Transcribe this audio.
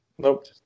Nope